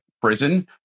prison